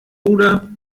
oder